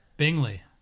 Bingley